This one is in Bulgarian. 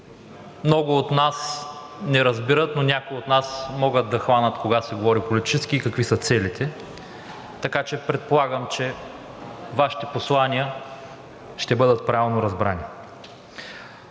много от нас не разбират, но някои от нас могат да хванат кога се говори политически и какви са целите, така че предполагам, че Вашите послания ще бъдат правилно разбрани.